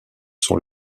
sont